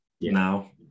now